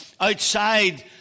outside